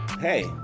hey